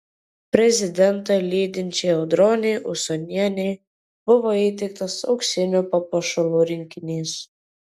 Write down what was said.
prezidentą lydinčiai audronei usonienei buvo įteiktas auksinių papuošalų rinkinys